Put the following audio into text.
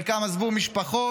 חלקם עזבו משפחות,